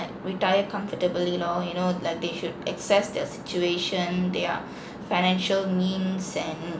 retire comfortably lor you know like they should assess their situation their financial means and